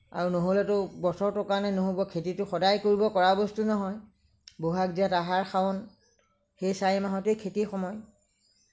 আৰু নহ'লেতো বছৰটোৰ কাৰণে নহ'ব খেতিটো সদায় কৰা বস্তু নহয় বহাগ জেঠ আহাৰ শাওন এই চাৰিমাহতে খেতিৰ সময়